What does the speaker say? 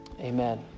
Amen